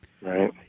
Right